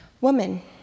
Woman